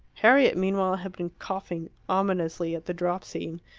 harriet, meanwhile, had been coughing ominously at the drop-scene,